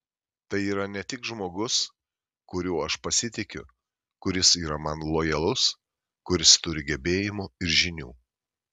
tai yra ne tik žmogus kuriuo aš pasitikiu kuris yra man lojalus kuris turi gebėjimų ir žinių